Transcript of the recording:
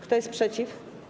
Kto jest przeciw?